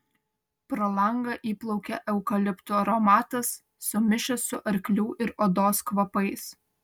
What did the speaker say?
pro langą įplaukė eukaliptų aromatas sumišęs su arklių ir odos kvapais